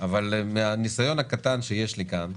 אבל מהניסיון הקטן שיש לי כאן,